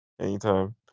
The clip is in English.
Anytime